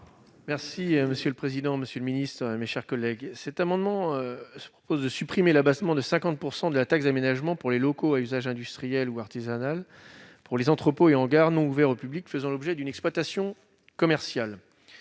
Merci monsieur le président, Monsieur le Ministre, mes chers collègues, cet amendement propose de supprimer l'abattement de 50 % de la taxe d'aménagement pour les locaux à usage industriel ou artisanal pour les entrepôts et en gare non ouverts au public, faisant l'objet d'une exploitation commerciale